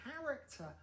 character